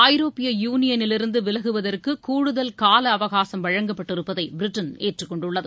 ஐரோப்பிய யூனியனிலிருந்து விலகுவதற்கு கூடுதல் கால அவகாசம் வழக்கப்பட்டிருப்பதை பிரிட்டன் ஏற்றுக்கொண்டுள்ளது